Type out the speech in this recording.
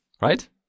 right